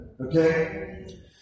Okay